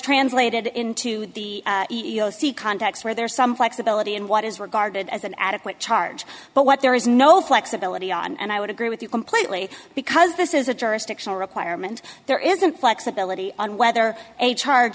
translated into the e e o c context where there is some flexibility in what is regarded as an adequate charge but what there is no flexibility on and i would agree with you completely because this is a jurisdictional requirement there isn't flexibility on whether a charge